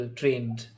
trained